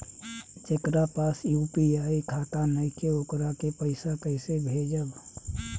जेकरा पास यू.पी.आई खाता नाईखे वोकरा के पईसा कईसे भेजब?